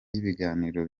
y’ibiganiro